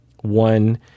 one